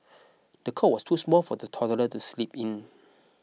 the cot was too small for the toddler to sleep in